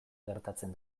gertatzen